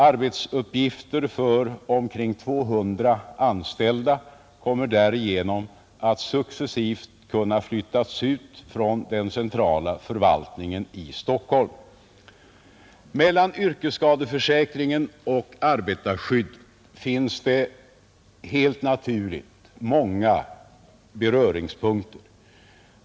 Arbetsuppgifter för omkring 200 anställda kommer därigenom att successivt kunna flyttas ut från den centrala förvaltningen i Stockholm. Mellan yrkesskadeförsäkringen och arbetarskyddet finns helt naturligt många beröringspunkter.